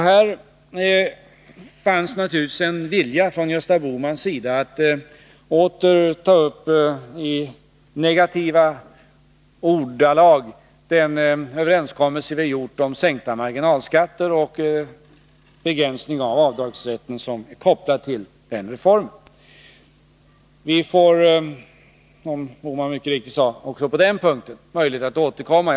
Här fanns naturligtvis en vilja från Gösta Bohmans sida att i negativa ordalag åter ta upp den överenskommelse vi har gjort om sänkta marginalskatter och den begränsning av avdragsrätten som är kopplad till den reformen. Vi får, som Gösta Bohman mycket riktigt sade, också på den punkten möjlighet att återkomma.